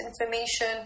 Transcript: information